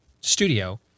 studio